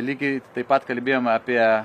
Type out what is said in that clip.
lygiai taip pat kalbėjom apie